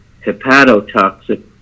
hepatotoxic